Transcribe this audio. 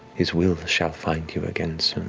his will shall find you again soon.